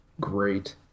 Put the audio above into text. Great